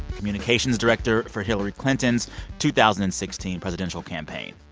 communications director for hillary clinton's two thousand and sixteen presidential campaign.